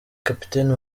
kapiteni